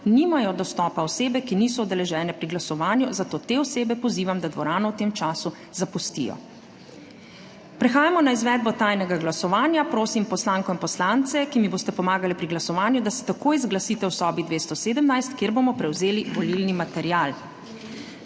nimajo dostopa osebe, ki niso udeležene pri glasovanju, zato te osebe pozivam, da dvorano v tem času zapustijo. Prehajamo na izvedbo tajnega glasovanja. Prosim poslanko in poslance, ki mi boste pomagali pri glasovanju, da se takoj zglasite v sobi 217, kjer bomo prevzeli volilni material.